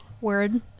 Word